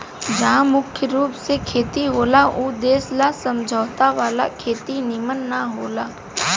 जहा मुख्य रूप से खेती होला ऊ देश ला समझौता वाला खेती निमन न होला